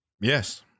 Yes